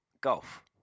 golf